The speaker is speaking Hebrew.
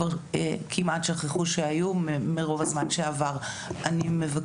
כבר כמעט שכחו שהיו בגלל הזמן שעבר מאז.